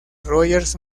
rogers